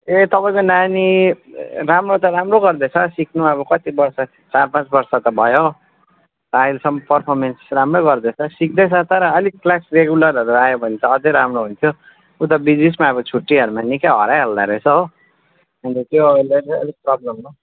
ए तपाईँको नानी राम्रो त राम्रो गर्दैछ सिक्नु अब कति वर्ष चार पाँच वर्ष त भयो अहिलेसम्म परफोर्मेन्स राम्रै गर्दैछ सिक्दैछ तर अलिक क्लास रेगुलरहरू आयो भने त अझै राम्रो हुन्छ ऊ त बिच बिचमा अब छुट्टीहरूमा निकै हराइहाल्दो रहेछ हो अन्त त्यसले चाहिँ अलिक प्रब्लम भयो